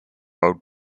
old